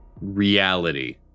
reality